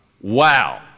Wow